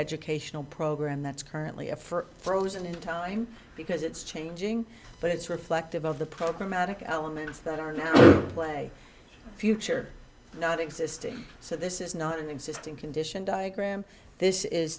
educational program that's currently a for frozen in time because it's changing but it's reflective of the problematic elements that are now way future not existing so this is not an existing condition diagram this is